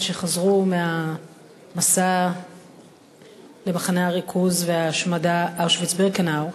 שחזרו מהמסע למחנה הריכוז וההשמדה אושוויץ-בירקנאו,